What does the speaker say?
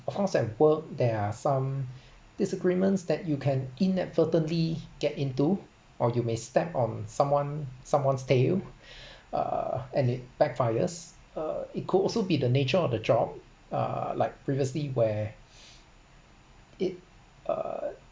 of course at work there are some disagreements that you can inadvertently get into or you may step on someone someone's tail uh and it backfires uh it could also be the nature of the job uh like previously where it uh